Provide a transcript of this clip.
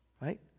Right